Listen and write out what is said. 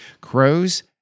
Crows